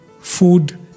food